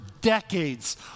decades